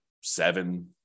seven